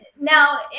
Now